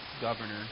governor